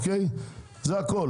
זה הכל.